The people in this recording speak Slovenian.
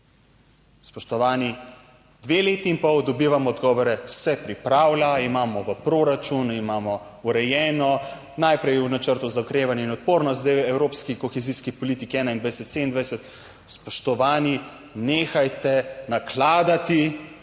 Spoštovani, dve leti in pol dobivamo odgovore, se pripravlja, imamo v proračunu, imamo urejeno najprej v Načrtu za okrevanje in odpornost, zdaj v evropski kohezijski politiki 2021-2027. Spoštovani, nehajte nakladati,